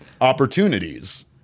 opportunities